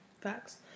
Facts